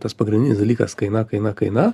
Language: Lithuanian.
tas pagrindinis dalykas kaina kaina kaina